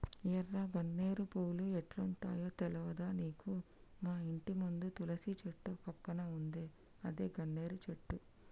ఎర్ర గన్నేరు పూలు ఎట్లుంటయో తెల్వదా నీకు మాఇంటి ముందు తులసి చెట్టు పక్కన ఉందే అదే గన్నేరు చెట్టు